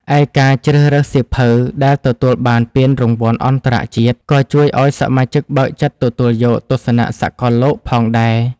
ឯការជ្រើសរើសសៀវភៅដែលទទួលបានពានរង្វាន់អន្តរជាតិ ក៏ជួយឱ្យសមាជិកបើកចិត្តទទួលយកទស្សនៈសកលលោកផងដែរ។